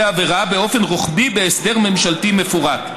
עבירה באופן רוחבי בהסדר ממשלתי מפורט.